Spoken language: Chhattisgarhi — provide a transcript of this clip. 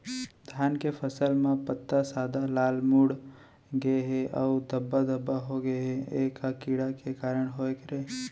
धान के फसल म पत्ता सादा, लाल, मुड़ गे हे अऊ धब्बा धब्बा होगे हे, ए का कीड़ा के कारण होय हे?